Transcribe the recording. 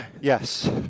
Yes